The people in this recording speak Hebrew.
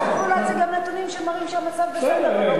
אז יוכלו להציג לנו נתונים שמראים שהמצב בסדר.